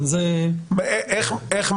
זה התרחישים שאנחנו בעיקר מסתכלים עליהם